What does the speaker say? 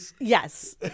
yes